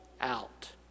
out